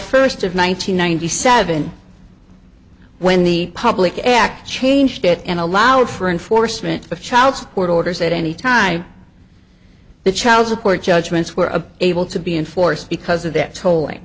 first of one nine hundred ninety seven when the public act changed it and allowed for enforcement of child support orders at any time the child support judgements were a able to be enforced because of that to